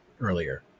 earlier